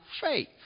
faith